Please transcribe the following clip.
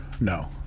no